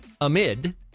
amid